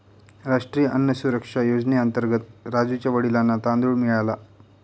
राष्ट्रीय अन्न सुरक्षा योजनेअंतर्गत राजुच्या वडिलांना तांदूळ मिळाला